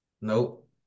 Nope